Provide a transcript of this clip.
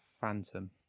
Phantom